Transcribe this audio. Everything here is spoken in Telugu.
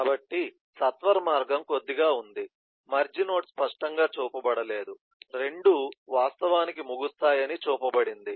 కాబట్టి సత్వరమార్గం కొద్దిగా ఉంది మెర్జ్ నోడ్ స్పష్టంగా చూపబడలేదు రెండూ వాస్తవానికి ముగుస్తాయని చూపబడింది